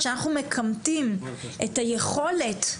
כשאנחנו מכמתים את היכולת,